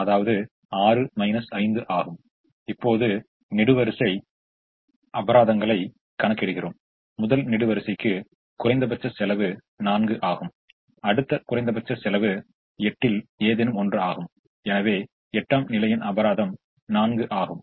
அதாவது நாம் இங்கே 1 ஐ பொறுத்த முயற்சிக்கிறோம் அதேபோல் அங்கேயும் 1 ஐ பொறுத்த முயற்சிக்கிறோம் அதுபோல் நாம் இங்கே ஒரு 1 ஐப் பெறுகிறோம் அதேபோல் இங்கே நமக்கு 1 ம் இங்கே ஒரு 1 ம் கிடைக்கிறது ஆக இவை அனைத்தும் இங்கே சமநிலை அடைகிறது